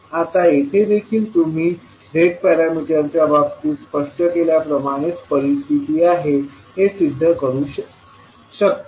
आता येथे देखील तुम्ही Z पॅरामीटर्सच्या बाबतीत स्पष्ट केल्याप्रमाणेच परिस्थिती आहे हे सिद्ध करू शकता कसे